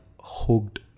hooked